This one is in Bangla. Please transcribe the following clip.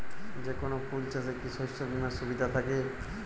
যেকোন ফুল চাষে কি শস্য বিমার সুবিধা থাকে?